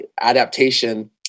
adaptation